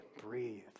breathe